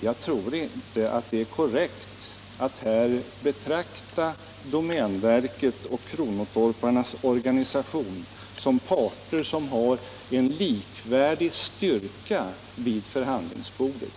Jag tror emellertid inte det är korrekt att betrakta domänverket och kronotorparnas organisation som parter med likvärdig styrka vid förhandlingsbordet.